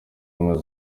ubumwe